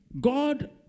God